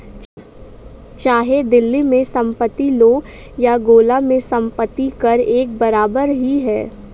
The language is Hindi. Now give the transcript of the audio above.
चाहे दिल्ली में संपत्ति लो या गोला में संपत्ति कर एक बराबर ही है